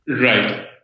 Right